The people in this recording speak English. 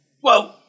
Whoa